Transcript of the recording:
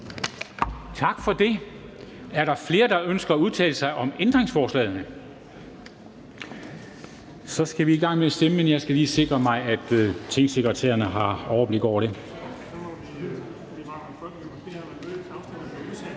Tak for det. Er der flere, der ønsker at udtale sig om ændringsforslagene? Så skal vi i gang med at stemme, men jeg skal lige sikre mig, at tingsekretærerne har overblik over det.